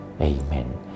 Amen